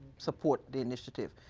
support the initiative.